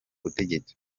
butegetsi